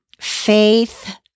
Faith